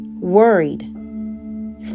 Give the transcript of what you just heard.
worried